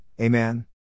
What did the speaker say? Amen